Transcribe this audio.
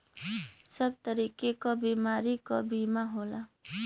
सब तरीके क बीमारी क बीमा होला